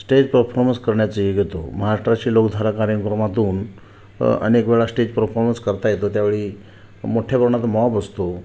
stage performance करण्याचा योग येतो महाराष्ट्राची लोकधारा कार्यक्रमातून अनेक वेळा स्टेज परफॉर्मन्स करता येतो त्या वेळी मोठ्ठ्या मॉब असतो